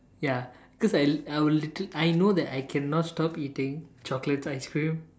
ya because I I will literally I know that I cannot stop eating chocolate ice cream